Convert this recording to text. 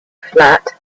flat